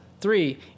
Three